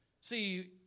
See